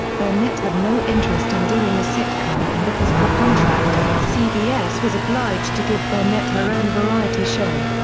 burnett had no interest in doing a sitcom and because of the contract, cbs was obliged to give burnett her own variety show.